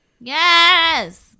Yes